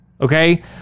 Okay